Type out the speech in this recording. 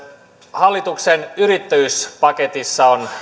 hallituksen yrittäjyyspaketissa on